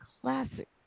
classic